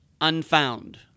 Unfound